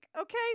okay